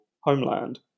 homeland